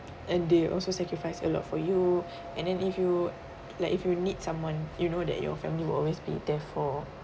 and they also sacrificed a lot for you and then if you like if you need someone you know that your family will always be there for